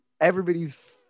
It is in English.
everybody's